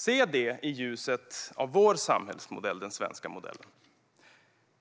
Se detta i ljuset av vår samhällsmodell, den svenska modellen.